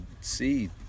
see